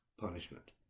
punishment